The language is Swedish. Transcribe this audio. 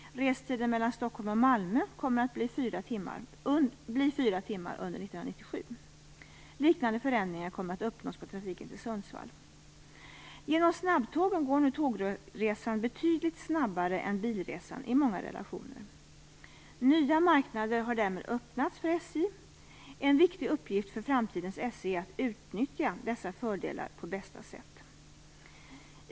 Restiden mellan Stockholm och Malmö kommer att bli fyra timmar under 1997. Liknande förändringar kommer att uppnås på trafiken till Genom snabbtågen går nu tågresan betydligt snabbare än bilresan i många relationer. Nya marknader har därmed öppnats för SJ. En viktig uppgift för framtidens SJ är att utnyttja dessa fördelar på bästa sätt.